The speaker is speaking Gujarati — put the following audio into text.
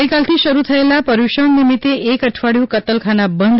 ગઇકાલથી શરૂ થયેલા પર્યુષણ નિમિત્તે એક અઠવાડીયુ કતલખાના બંધ